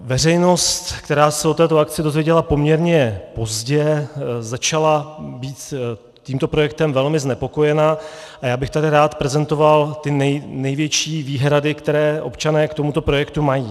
Veřejnost, která se o této akci dozvěděla poměrně pozdě, začala být tímto projektem velmi znepokojena a já bych tady rád prezentoval ty největší výhrady, které občané k tomuto projektu mají.